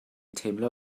teimlo